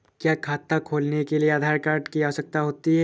क्या खाता खोलने के लिए आधार कार्ड की आवश्यकता होती है?